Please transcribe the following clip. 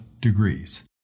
degrees